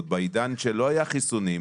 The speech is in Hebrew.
משרד הבריאות לא מסתיר אף נתון.